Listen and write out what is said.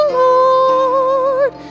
lord